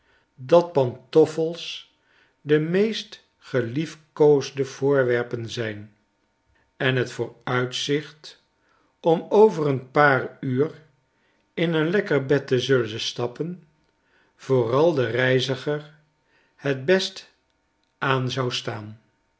dat pantoffels de meest gelief koosde voorwerpen zyn en het vooruitzicht om over een paar uur in een lekker bed te zullen stappen vooral den reiziger het best aan zou staan